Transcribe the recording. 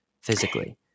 physically